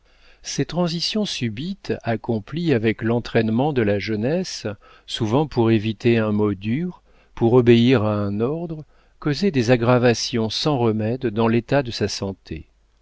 ces transitions subites accomplies avec l'entraînement de la jeunesse souvent pour éviter un mot dur pour obéir à un ordre causaient des aggravations sans remède dans l'état de sa santé